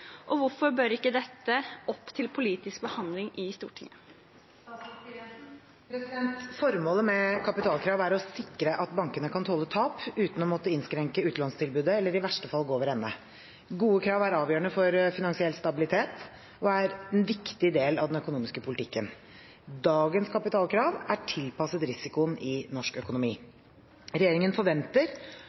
og hvorfor bør ikke dette opp til politisk behandling i Stortinget?» Formålet med kapitalkrav er å sikre at bankene kan tåle tap uten å måtte innskrenke utlånstilbudet eller i verste fall gå over ende. Gode krav er avgjørende for finansiell stabilitet og er en viktig del av den økonomiske politikken. Dagens kapitalkrav er tilpasset risikoen i norsk økonomi. Regjeringen forventer